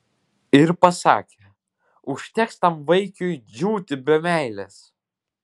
ir pasakė užteks tam vaikiui džiūti be meilės